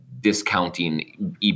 discounting